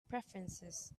preferences